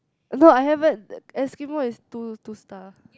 no I haven't Eskimo is two two star